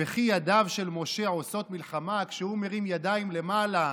"וכי ידיו של משה עושות מלחמה" כשהוא מרים ידיים למעלה,